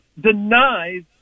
denies